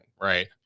Right